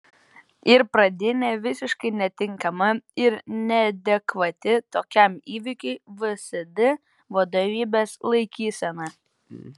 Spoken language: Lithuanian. ir pradinė visiškai netinkama ir neadekvati tokiam įvykiui vsd vadovybės laikysena